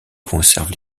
conserve